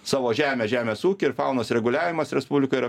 savo žemę žemės ūkį ir faunos reguliavimas respublikoj yra